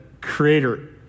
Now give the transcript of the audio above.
creator